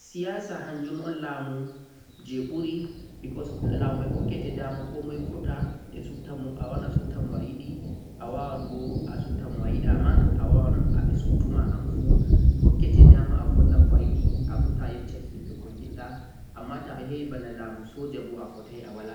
Siyasa hanjun on lamu je ɓurii ngam lamumai hukkai komoi dama vurtugo shuɓɓal, ɓe sutte anfu a sutta moàyiɗe amma lamu soja wala